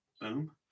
Boom